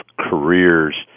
careers